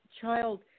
child